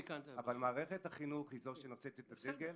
אבל מערכת החינוך היא זו שנושאת את הדגל.